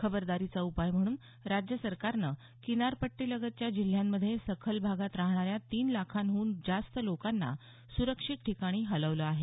खबरदारीचा उपाय म्हणून राज्य सरकारनं किनारपट्टीलगतच्या जिल्ह्यांमध्ये सखल भागात राहणाऱ्या तीन लाखांहून जास्त लोकांना सुरक्षित ठिकाणी हलवलं आहे